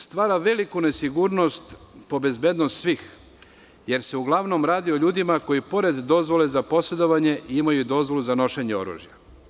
Ovo stvara veliku nesigurnost po bezbednost svih, jer se uglavnom radi o ljudima koji pored dozvole za posredovanje imaju i dozvolu za nošenje oružja.